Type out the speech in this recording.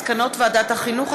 מסקנות ועדת החינוך,